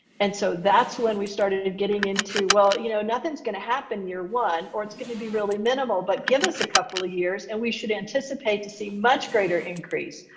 and so that's when we started getting into well you know nothing's gonna happen you're one or it's gonna be really minimal but give us a couple of years and we should anticipate to see much greater increase.